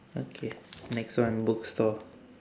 okay next one bookstore